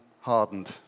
hardened